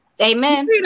amen